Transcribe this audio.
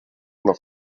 noch